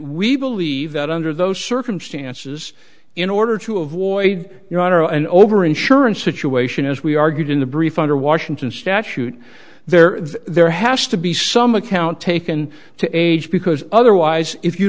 we believe that under those circumstances in order to avoid your honor and over insurance situation as we argued in the brief under washington statute there there has to be some account taken to age because otherwise if you